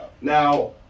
Now